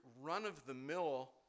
run-of-the-mill